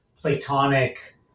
Platonic